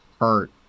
hurt